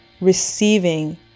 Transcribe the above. receiving